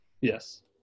Yes